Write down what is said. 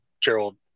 Gerald